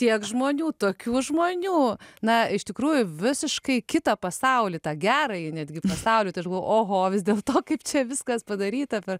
tiek žmonių tokių žmonių na iš tikrųjų visiškai kitą pasaulį tą gerąjį netgi pasaulį tai aš galvojau oho vis dėlto kaip čia viskas padaryta per